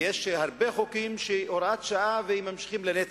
ויש הרבה חוקים של הוראת שעה, והם ממשיכים לנצח,